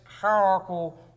hierarchical